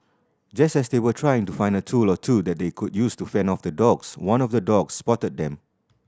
just as they were trying to find a tool or two that they could use to fend off the dogs one of the dogs spotted them